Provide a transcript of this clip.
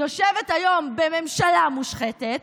יושבת היום בממשלה מושחתת,